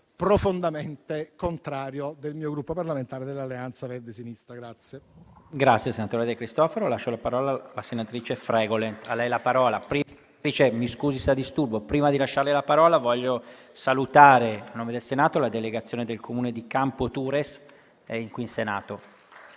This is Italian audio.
profondamente contrario del Gruppo parlamentare Alleanza Verdi e Sinistra.